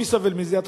מי סובל מזה?